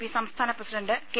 P സംസ്ഥാന president K